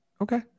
Okay